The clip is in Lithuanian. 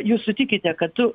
jūs sutikite kad tu